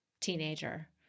teenager